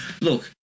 Look